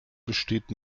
besteht